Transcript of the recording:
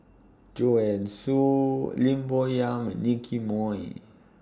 Joanne Soo Lim Bo Yam Nicky Moey